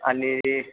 आणि